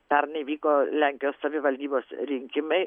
pernai vyko lenkijos savivaldybos rinkimai